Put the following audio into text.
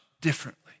differently